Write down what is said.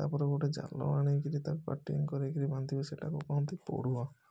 ତାପରେ ଗୋଟେ ଜାଲ ଆଣି କି ତାର ପ୍ୟାକିଂଗ୍ କରି ବାନ୍ଧିବେ ସେଇଟାକୁ କୁହନ୍ତି ପୋଢ଼ୁଅଂ